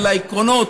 על העקרונות,